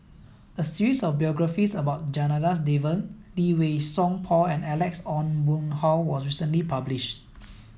a series of biographies about Janadas Devan Lee Wei Song Paul and Alex Ong Boon Hau was recently published